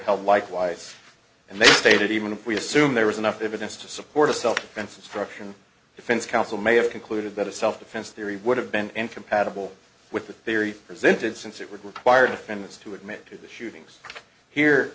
held likewise and they stated even if we assume there was enough evidence to support a self defense instruction defense counsel may have concluded that a self defense theory would have been in compatible with the theory presented since it would require defendants to admit to the shootings here